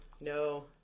No